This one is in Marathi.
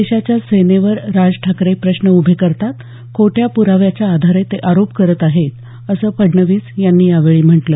देशाच्या सेनेवर राज ठाकरे प्रश्न उभे करतात खोट्या प्राव्याच्या आधारे ते आरोप करत आहेत असं फडणवीस यांनी यावेळी म्हटलं